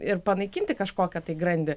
ir panaikinti kažkokią tai grandį